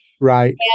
Right